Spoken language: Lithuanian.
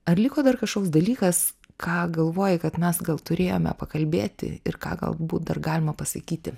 ar liko dar kažkoks dalykas ką galvoji kad mes gal turėjome pakalbėti ir ką galbūt dar galima pasakyti